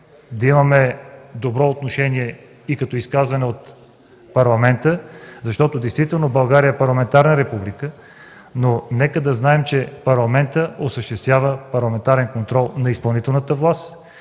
да имаме добро отношение и като изказване от парламента, защото България е парламентарна република, но нека да знаем, че парламентът осъществява парламентарен контрол на изпълнителната власт